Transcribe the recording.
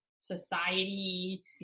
society